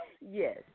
Yes